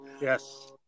Yes